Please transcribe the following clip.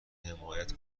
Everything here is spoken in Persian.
حمایت